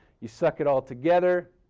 you suck it all together